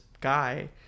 guy